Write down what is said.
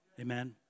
Amen